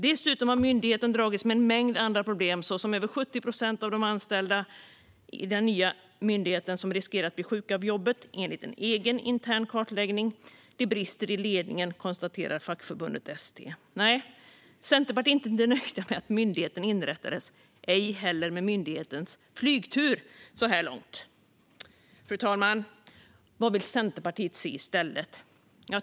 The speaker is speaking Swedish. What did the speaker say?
Dessutom har myndigheten dragits med en mängd andra problem såsom att över 70 procent av de anställda på den nya myndigheten riskerar att bli sjuka av jobbet, enligt en intern kartläggning. Det brister i ledningen, konstaterar fackförbundet ST. Vi i Centerpartiet är inte nöjda med att myndigheten inrättades, ej heller med myndighetens "flygtur" så här långt. Fru talman! Vad vill Centerpartiet i stället se?